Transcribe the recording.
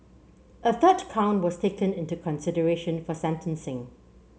a third count was taken into consideration for sentencing